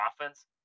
offense